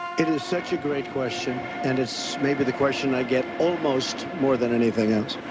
it is such a great question and it's maybe the question i get almost, more than anything else.